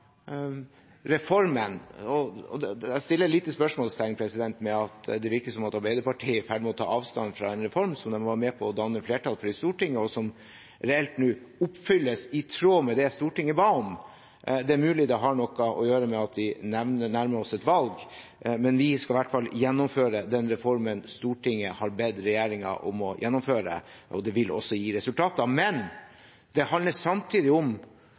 det virker som om Arbeiderpartiet er i ferd med å ta avstand fra en reform som de var med på å danne flertall for i Stortinget, og som reelt nå oppfylles i tråd med det Stortinget ba om. Det er mulig det har noe å gjøre med at vi nærmer oss et valg, men vi skal i hvert fall gjennomføre den reformen Stortinget har bedt regjeringen om å gjennomføre, og det vil også gi resultater. Men uavhengig av reformen handler det samtidig om